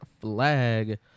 Flag